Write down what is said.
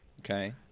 Okay